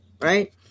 right